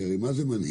כי הרי מה זה מנהיג?